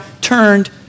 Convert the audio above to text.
turned